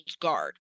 guard